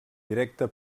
directe